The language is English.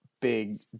big